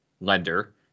lender